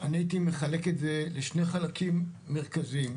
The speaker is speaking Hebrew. אני הייתי מחלק את זה לשני חלקים מרכזיים,